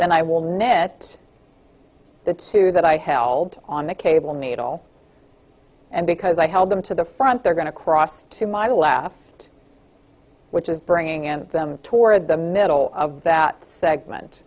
then i will net the two that i held on the cable needle and because i held them to the front they're going to cross to my left which is bringing in them toward the middle of that segment